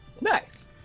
Nice